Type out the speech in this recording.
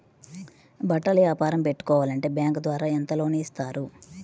బట్టలు వ్యాపారం పెట్టుకోవాలి అంటే బ్యాంకు ద్వారా ఎంత లోన్ ఇస్తారు?